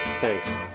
thanks